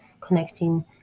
connecting